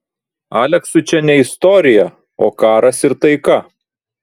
aleksui čia ne istorija o karas ir taika